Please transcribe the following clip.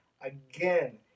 again